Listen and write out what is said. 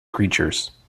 creatures